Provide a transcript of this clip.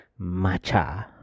matcha